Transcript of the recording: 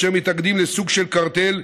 אשר מתאגדים לסוג של קרטל,